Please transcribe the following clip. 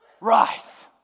rise